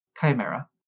chimera